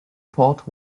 port